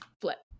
flip